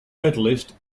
medallist